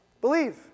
Believe